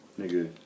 Nigga